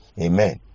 Amen